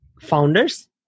founders